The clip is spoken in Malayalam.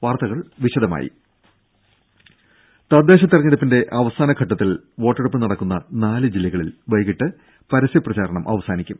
വാർത്തകൾ വിശദമായി തദ്ദേശ തെരഞ്ഞെടുപ്പിന്റെ അവസാന ഘട്ടത്തിൽ വോട്ടെടുപ്പ് നടക്കുന്ന നാല് ജില്ലകളിൽ വൈകിട്ട് പരസ്യ പ്രചാരണം അവസാനിക്കും